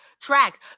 tracks